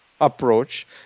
approach